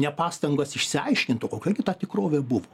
ne pastangas išsiaiškint o kokia gi ta tikrovė buvo